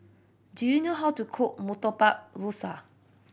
do you know how to cook Murtabak Rusa